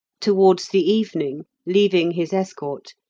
towards the evening, leaving his escort,